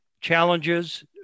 challenges